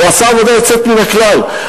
הוא עשה עבודה יוצאת מן הכלל,